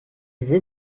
veux